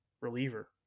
reliever